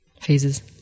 phases